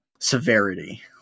severity